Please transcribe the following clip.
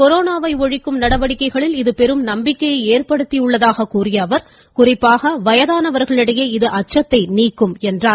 கொரோனாவை ஒழிக்கும் நடவடிக்கைகளில் இது பெரும் நம்பிக்கையை ஏற்படுத்தியுள்ளதாக கூறிய அவர் குறிப்பாக வயதானவர்களிடையே இது அச்சத்தை நீக்கும் என்றார்